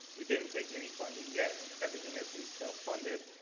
we didn't take any funding yet, everything has been self-funded,